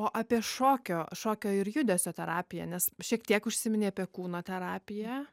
o apie šokio šokio ir judesio terapiją nes šiek tiek užsiminei apie kūno terapiją